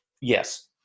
Yes